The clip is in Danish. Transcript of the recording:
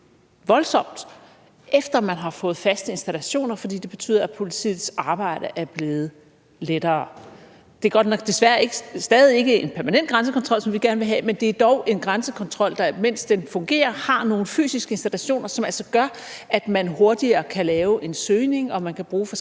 voldsomt, efter at man har fået faste installationer, fordi det betyder, at politiets arbejde er blevet lettere? Det er godt nok desværre stadig ikke en permanent grænsekontrol, som vi gerne vil have, men det er dog en grænsekontrol, der, mens den fungerer, har nogle fysiske installationer, som altså gør, at man hurtigere kan lave en søgning og kan bruge forskellige